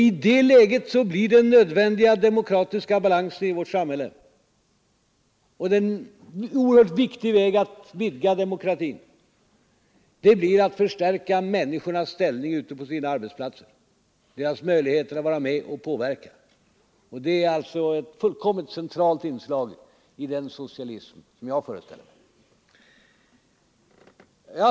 I det läget är den demokratiska balansen i vårt samhälle nödvändig, och en oerhört viktig väg att vidga demokratin blir att förstärka människornas ställning ute på arbetsplatserna, deras möjligheter att vara med och påverka. Detta är ett centralt inslag i den socialism som jag föreställer mig.